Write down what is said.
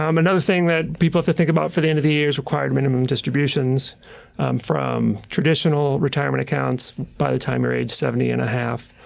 um another thing people have to think about for the end of the year is required minimum distributions from traditional retirement accounts by the time you're age seventy and a half.